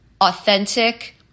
authentic